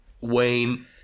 Wayne